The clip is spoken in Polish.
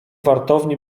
wartowni